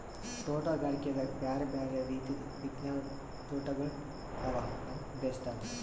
ತೋಟಗಾರಿಕೆದಾಗ್ ಬ್ಯಾರೆ ಬ್ಯಾರೆ ರೀತಿದು ವಿಜ್ಞಾನದ್ ತೋಟಗೊಳ್ ಅವಾ ನಮ್ ದೇಶದಾಗ್